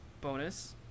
bonus